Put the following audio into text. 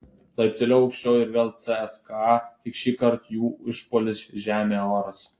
laipteliu aukščiau ir vėl cska tik šįkart jų išpuolis žemė oras